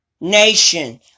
nation